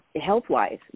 Health-wise